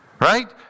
right